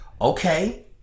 Okay